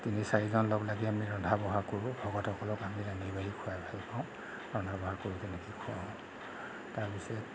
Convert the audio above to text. তিনি চাৰিজন লগ লাগি আমি ৰন্ধা বঢ়া কৰোঁ ভকতসকলক আমি ৰান্ধি বাঢ়ি খুৱাই ভাল পাওঁ ৰন্ধা বঢ়া কৰি তেনেকৈ খুৱাওঁ তাৰপিছত